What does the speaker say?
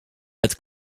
het